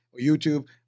YouTube